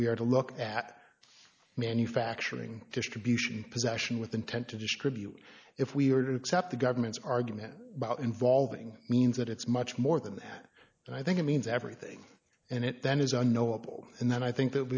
we are to look at manufacturing distribution possession with intent to distribute if we are to accept the government's argument about involving means that it's much more than that and i think it means everything and it then is unknowable and then i think that